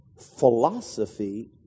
philosophy